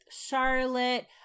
Charlotte